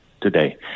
today